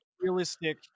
realistic